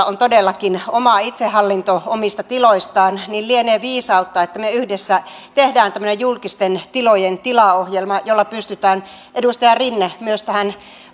on todellakin oma itsehallinto omista tiloistaan lienee viisautta että me yhdessä teemme tämmöisen julkisten tilojen tilaohjelman jolla pystytään edustaja rinne myös tähän